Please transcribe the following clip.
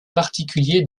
particulier